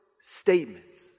statements